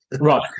Right